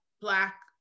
Black